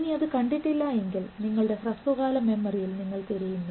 ഇനി അത് കണ്ടിട്ടില്ല എങ്കിൽ നിങ്ങളുടെ ഹ്രസ്വകാല മെമ്മറിയിൽ നിങ്ങൾ തിരയുന്നു